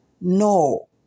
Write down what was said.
No